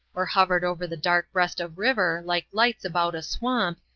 or hovered over the dark breast of river like lights about a swamp,